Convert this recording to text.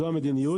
זאת המדיניות.